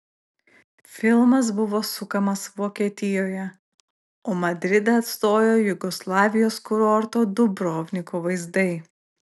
filmas buvo sukamas vokietijoje o madridą atstojo jugoslavijos kurorto dubrovniko vaizdai